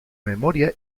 memoria